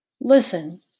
Listen